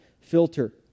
filter